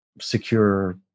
secure